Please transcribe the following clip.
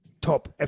top